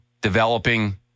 developing